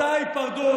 אותה היפרדות,